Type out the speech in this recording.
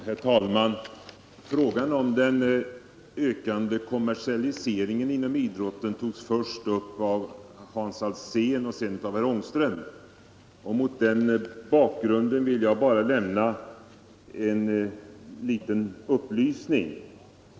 Herr talman! Frågan om den ökande kommersialiseringen inom idrotten togs upp av Hans Alsén och sedan av herr Ångström. Mot den bakgrunden vill jag bara lämna en liten upplysning.